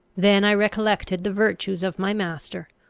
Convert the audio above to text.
then i recollected the virtues of my master,